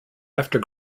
after